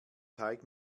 teig